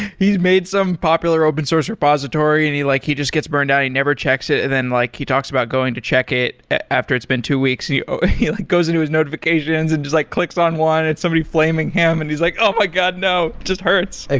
he's made some popular open source repository and he like he just gets burned out, he never checks it and then like he talks about going to check it after it's been two weeks. he ah goes into his notifications and just like clicks on one, it's somebody flaming him and he's like, oh, my god. no. just hurts.